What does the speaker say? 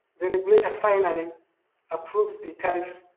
the regulator finally approves the tariffs,